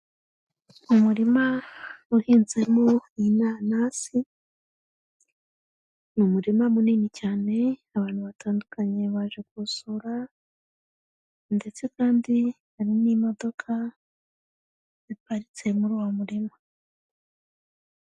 Umurima uhinzemo inanasi, ni umurima munini cyane, abantu batandukanye baje kuwusura, ndetse kandi hari n'imodoka ziparitse muri uwo murima.